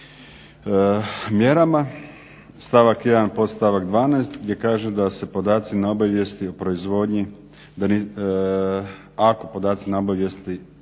mjerama, stavak 1 podstavak 12 gdje kaže da se podaci na obavijesti o proizvodnji ako podaci na obavijesti o